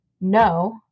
no